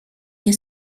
nie